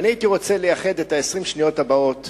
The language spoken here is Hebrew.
ואני רוצה לייחד את 20 השניות הבאות